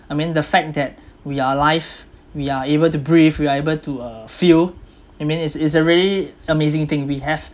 I mean the fact that we are alive we are able to breathe we are able to uh feel I mean it's it's a really amazing thing we have